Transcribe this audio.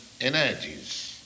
energies